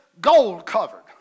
gold-covered